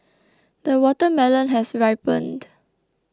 the watermelon has ripened